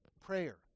Prayer